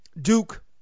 Duke